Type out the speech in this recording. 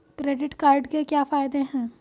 Credit card के क्या फायदे हैं?